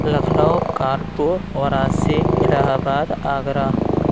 Lucknow Kanpur Varanasi Allahabad Agra